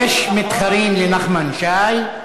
יש מתחרים לנחמן שי,